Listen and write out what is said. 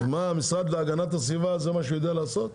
זה מה שהמשרד להגנת הסביבה יודע לעשות?